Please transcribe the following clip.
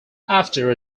after